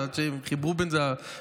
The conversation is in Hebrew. עד שהם חיברו בין האירועים.